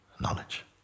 knowledge